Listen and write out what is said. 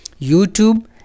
YouTube